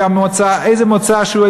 מאיזה מוצא הוא,